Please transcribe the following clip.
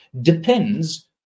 depends